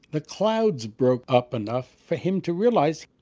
the clouds broke up enough for him to realize,